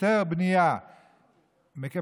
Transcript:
היתר בנייה מקבלים,